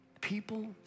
people